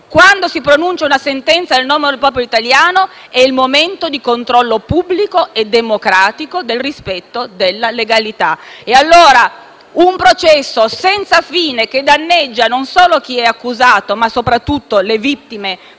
quando si pronuncia una sentenza in nome del popolo italiano è un momento di controllo pubblico e democratico del rispetto della legalità. Un processo senza fine, che danneggia non solo chi è accusato, ma - soprattutto - le vittime dei